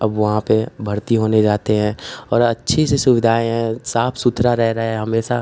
अब वहाँ पर भर्ती होने जाते हैं और अच्छी सी सुविधाएँ हैं साफ़ सुथरा रह रहे हैं हमेशा